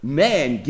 man